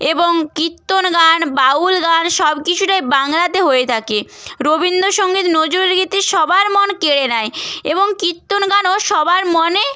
এবং কীর্তন গান বাউল গান সব কিছুটাই বাংলাতে হয়ে থাকে রবীন্দ্রসঙ্গীত নজরুল গীতি সবার মন কেড়ে নেয় এবং কীর্তন গানও সবার মনে